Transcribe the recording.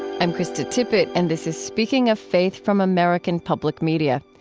i'm krista tippett, and this is speaking of faith from american public media.